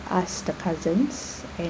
us the cousins